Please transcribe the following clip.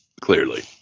clearly